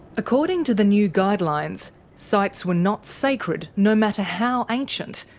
according to the new guidelines, sites were not sacred, no matter how ancient,